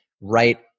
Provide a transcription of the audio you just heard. right